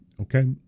Okay